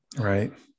Right